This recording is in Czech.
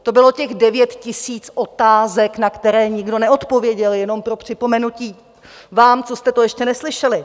To bylo těch devět tisíc otázek, na které nikdo neodpověděl, jenom pro připomenutí vám, co jste to ještě neslyšeli.